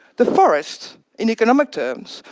the forest, in economic terms,